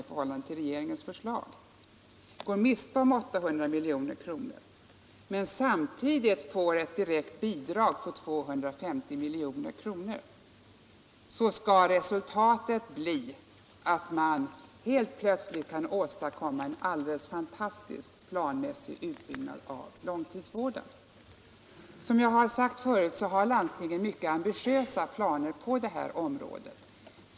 Om de nu med socialdemokraternas förslag går miste om dessa 800 milj.kr. men får ett direkt bidrag på 250 milj.kr., då skulle resultatet bli att man helt plötsligt kan åstadkomma en alldeles fantastisk planmässig utbyggnad av långtidssjukvården. Som jag sagt tidigare har landstingen mycket ambitiösa planer på det här området.